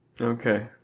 Okay